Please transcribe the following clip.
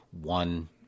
one